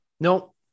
no